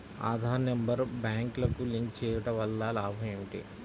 Aadhaar number బ్యాంక్నకు link చేయుటవల్ల లాభం ఏమిటి?